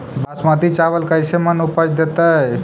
बासमती चावल कैसे मन उपज देतै?